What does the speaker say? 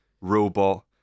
robot